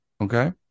Okay